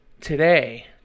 today